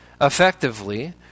effectively